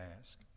ask